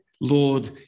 Lord